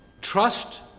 Trust